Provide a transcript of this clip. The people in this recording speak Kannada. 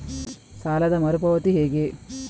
ಸಾಲದ ಮರು ಪಾವತಿ ಹೇಗೆ?